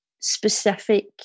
specific